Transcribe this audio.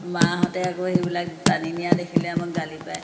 মাহঁতে আকৌ সেইবিলাক টানি নিয়া দেখিলে আমাক গালি পাৰে